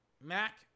Mac